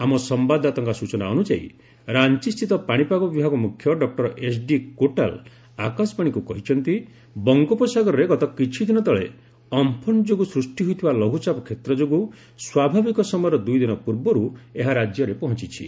ଆମ ସମ୍ଭାଦଦାତାଙ୍କ ସ୍ବଚନା ଅନୁଯାୟୀ ରାଞ୍ଚସ୍ଥିତ ପାଣିପାଗ ବିଭାଗ ମୁଖ୍ୟ ଡକୁର ଏସ୍ଡି କୋଟାଲ୍ ଆକାଶବାଣୀକୁ କହିଛନ୍ତି ବଙ୍ଗୋପସାଗରରେ ଗତ କିଛିଦିନ ତଳେ ଅମ୍ଫନ ଯୋଗୁଁ ସୃଷ୍ଟି ହୋଇଥିବା ଲଘୁଚାପ କ୍ଷେତ୍ର ଯୋଗୁଁ ସ୍ୱାଭାବିକ ସମୟର ଦୁଇଦିନ ପୂର୍ବରୁ ଏହା ରାଜ୍ୟରେ ପହଞ୍ଚୁଛି